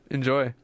Enjoy